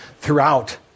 throughout